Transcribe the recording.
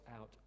out